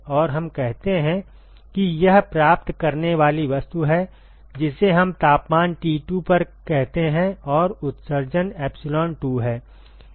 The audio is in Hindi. और हम कहते हैं कि यह प्राप्त करने वाली वस्तु है जिसे हम तापमान T2 पर कहते हैं और उत्सर्जन epsilon2 है